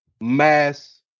mass